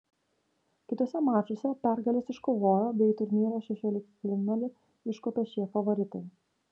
kituose mačuose pergales iškovojo bei į į turnyro šešioliktfinalį iškopė šie favoritai